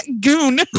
goon